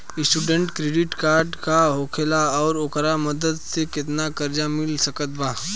Student credit card का होखेला और ओकरा मदद से केतना कर्जा मिल सकत बा?